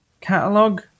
catalog